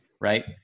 Right